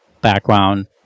background